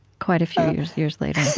quite a few years years later